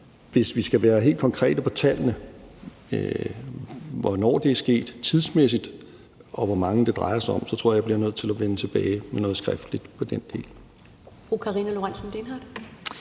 Hvis vi skal være helt konkrete på tallene for, hvornår det er sket tidsmæssigt, og hvor mange det drejer sig om, så tror jeg, jeg bliver nødt til at vende tilbage med noget skriftligt på den del.